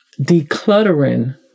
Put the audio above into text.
decluttering